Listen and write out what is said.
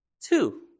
Two